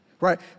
Right